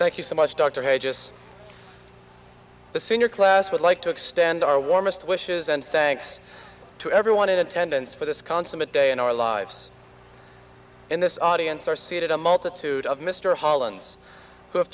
thank you so much dr hay just the senior class would like to extend our warmest wishes and thanks to everyone in attendance for this consummate day in our lives in this audience are seated a multitude of mr holland's who have